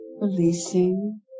Releasing